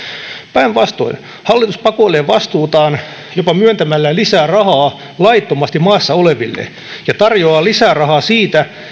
päinvastoin hallitus pakoilee vastuutaan jopa myöntämällä lisää rahaa laittomasti maassa oleville ja tarjoaa lisää rahaa siitä